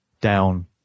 down